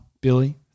billy